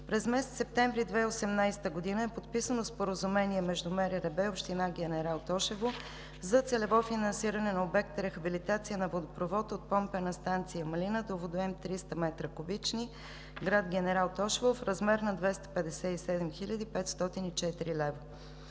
През месец септември 2018 г. е подписано споразумение между МРРБ и Община Генерал Тошево за целево финансиране на обект „Рехабилитация на водопровод от Помпена станция Малина до водоем 300 м3 – град Генерал Тошево“ в размер на 257 504 лв.